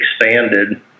expanded